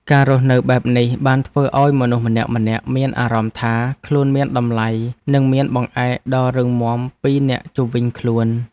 ការរស់នៅបែបនេះបានធ្វើឱ្យមនុស្សម្នាក់ៗមានអារម្មណ៍ថា ខ្លួនមានតម្លៃនិងមានបង្អែកដ៏រឹងមាំពីអ្នកជុំវិញខ្លួន។